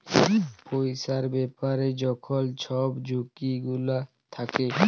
পইসার ব্যাপারে যখল ছব ঝুঁকি গুলা থ্যাকে